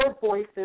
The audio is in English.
voices